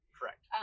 Correct